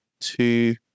two